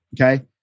Okay